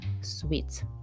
sweets